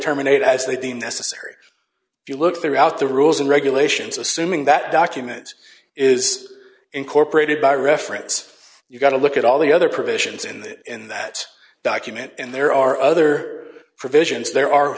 terminate as they deem necessary if you look throughout the rules and regulations assuming that document is incorporated by reference you've got to look at all the other provisions in that in that document and there are other provisions there are